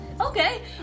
Okay